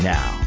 Now